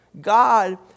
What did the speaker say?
God